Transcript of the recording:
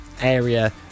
area